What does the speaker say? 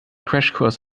crashkurs